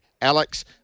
Alex